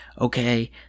okay